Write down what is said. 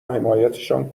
حمایتشان